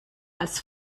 als